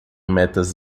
metas